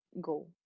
go